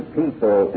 people